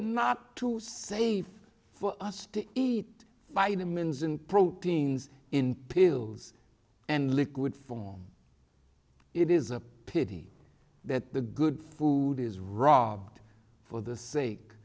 to safe for us to eat vitamins and proteins in pills and liquid form it is a pity that the good food is rob for the sake